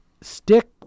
stick